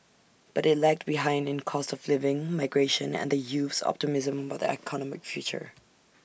but IT lagged behind in cost of living migration and the youth's optimism about their economic future